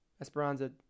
Esperanza